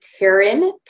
Taryn